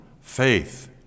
faith